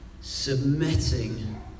submitting